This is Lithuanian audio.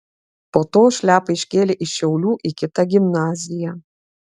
po to šliapą iškėlė iš šiaulių į kitą gimnaziją